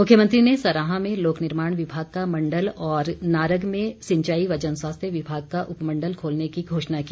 मुख्यमंत्री ने सराहां में लोक निर्माण विभाग का मण्डल और नारग में सिंचाई व जन स्वास्थ्य विभाग का उपमण्डल खोलने की घोषणा की